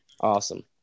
Awesome